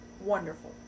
wonderful